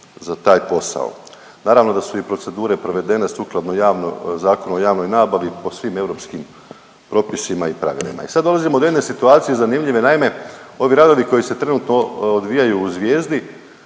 za taj posao. Naravno da su i procedure provedene sukladno javnoj, Zakonu o javnoj nabavi po svim europskim propisima i pravilima. I sad dolazimo do jedne situacije zanimljive, naime ovi radovi koji se trenutno odvijaju u zvijezdi